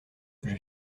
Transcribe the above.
viens